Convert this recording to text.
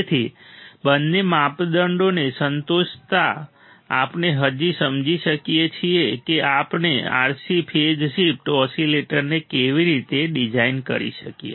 તેથી બંને માપદંડોને સંતોષતા આપણે હવે સમજી શકીએ છીએ કે આપણે RC ફેઝ શિફ્ટ ઓસીલેટરને કેવી રીતે ડિઝાઇન કરી શકીએ